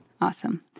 Awesome